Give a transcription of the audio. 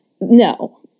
no